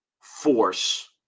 force